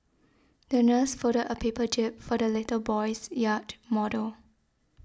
the nurse folded a paper jib for the little boy's yacht model